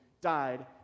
died